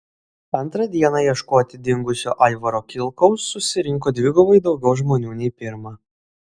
antrą dieną ieškoti dingusio aivaro kilkaus susirinko dvigubai daugiau žmonių nei pirmą